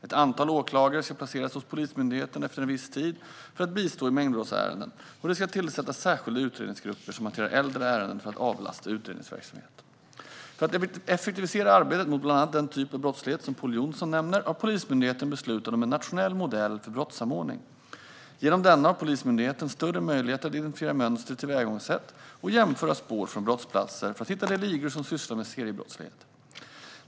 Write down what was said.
Ett antal åklagare ska placeras hos Polismyndigheten under en viss tid för att bistå i mängdbrottsärenden, och det ska tillsättas särskilda utredningsgrupper som hanterar äldre ärenden för att avlasta utredningsverksamheten. För att effektivisera arbetet mot bland annat den typ av brottslighet som Pål Jonson nämner har Polismyndigheten beslutat om en nationell modell för brottssamordning. Genom denna har Polismyndigheten större möjligheter att identifiera mönster i tillvägagångssätt och jämföra spår från brottsplatser för att hitta de ligor som sysslar med seriebrottslighet.